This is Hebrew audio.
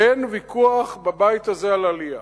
אין ויכוח בבית הזה על עלייה.